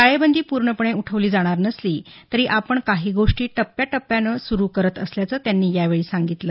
टाळेबंदी पूर्णपणे उठवली जाणार नसली तरी आपण काही गोष्टी टप्याटप्यानं सुरू करत असल्याचं त्यांनी यावेळी म्हटलं